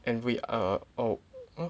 and we are oh